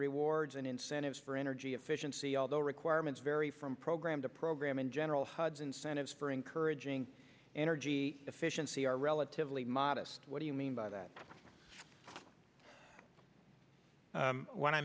rewards and incentives for energy efficiency although requirements vary from program to program in general hud's incentives for encouraging energy efficiency are relatively modest what do you mean by that